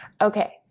Okay